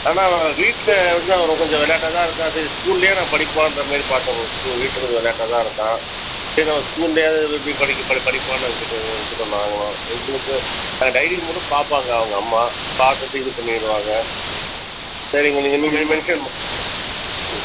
ஆனால் அவன் வீட்டில் வந்து அவன் கொஞ்சம் விளாட்டாக தான் இருக்கான் சரி ஸ்கூல்லையா நான் படிப்பான்றமாரி பார்த்தேன் மேம் ஸ்கூ வீட்டில் கொஞ்சம் விளாட்டாகதான் இருக்கான் சரி ஸ்கூல்லையாவது விரும்பி படிக்கி படி படிப்பான்னு நினச்சிட்டு விட்டுட்டோம் நாங்களும் எங்களுக்கு நாங்கள் டைரியை மட்டும் பார்ப்பாங்க அவங்க அம்மா பார்த்துட்டு இது பண்ணிவிடுவாங்க சரிங்க நீங்கள் இனிமே மென்ஷன் பண்ணுங்கள் ம் ம்